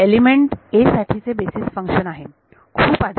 हे element a साठीचे basis function आहे